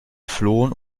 flohen